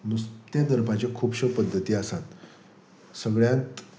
नुस्तें धरपाच्यो खुबश्यो पद्दती आसात सगळ्यांत